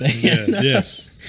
Yes